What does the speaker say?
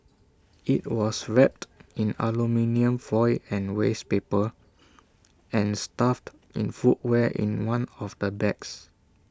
IT was wrapped in aluminium foil and waste paper and stuffed in footwear in one of the bags